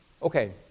Okay